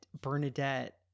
Bernadette